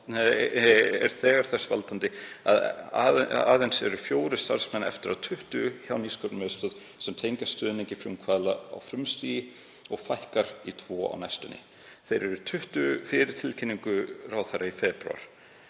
er þegar þess valdandi að aðeins eru fjórir starfsmenn eftir af 20 hjá Nýsköpunarmiðstöð sem tengjast stuðningi við frumkvöðla á frumstigi og fækkar í tvo á næstunni. Þeir voru 20 fyrir tilkynningu ráðherra í febrúar.